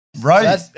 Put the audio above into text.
Right